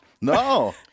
No